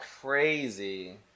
crazy